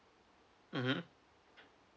mmhmm